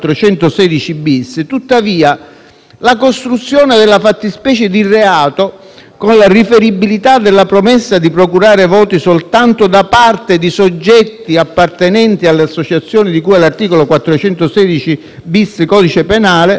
la costruzione della fattispecie di reato con la riferibilità della promessa di procurare voti soltanto da parte di soggetti appartenenti alle associazioni di cui all'articolo 416-*bis* del codice penale comporta - a mio avviso